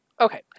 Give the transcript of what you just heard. Okay